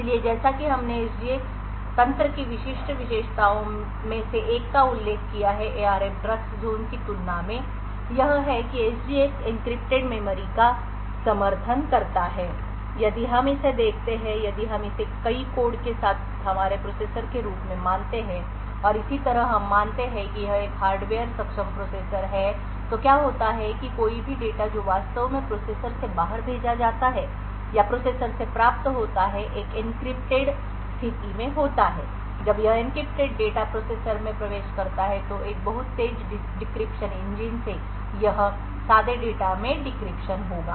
इसलिए जैसा कि हमने SGX तंत्र की विशिष्ट विशेषताओं में से एक का उल्लेख किया है ARM Trustzone की तुलना में यह है कि SGX एन्क्रिप्टेड मेमोरी का समर्थन करता है इसलिए यदि हम इसे देखते हैं तो यदि हम इसे कई कोड के साथ हमारे प्रोसेसर के रूप में मानते हैं और इसी तरह हम मानते हैं कि यह एक हार्डवेयर सक्षम प्रोसेसर है तो क्या होता है कि कोई भी डेटा जो वास्तव में प्रोसेसर से बाहर भेजा जाता है या प्रोसेसर से प्राप्त होता है एक एन्क्रिप्टेड स्थिति में होता है जब यह एन्क्रिप्टेड डेटा प्रोसेसर में प्रवेश करता है तो एक बहुत तेज डिक्रिप्शन इंजन से यह सादे डेटा में डिक्रिप्शन होगा